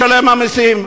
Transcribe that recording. משלם המסים.